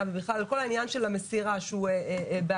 ובכלל כל העניין של המסירה שהוא בעייתי.